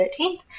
13th